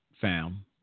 fam